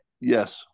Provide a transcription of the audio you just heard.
Yes